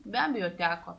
be abejo teko